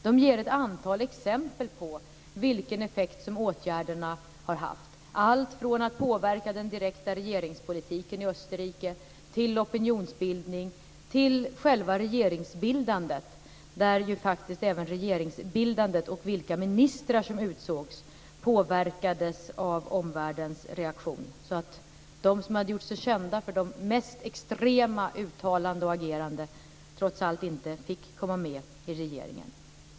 De ger ett antal exempel på vilken effekt som åtgärderna har haft, allt från att påverka den direkta regeringspolitiken i Österrike till opinionsbildningen och själva regeringsbildandet. Även regeringsbildandet och vilka ministrar som utsågs påverkades faktiskt av omvärldens reaktion. De som hade gjort sig kända för de mest extrema uttalandena och agerandena fick trots allt inte komma med i regeringen.